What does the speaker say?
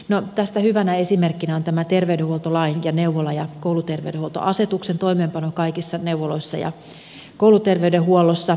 no tästä hyvänä esimerkkinä on tämä terveydenhuoltolain ja neuvola ja kouluterveydenhuoltoasetuksen toimeenpano kaikissa neuvoloissa ja kouluterveydenhuollossa